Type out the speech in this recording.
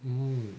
um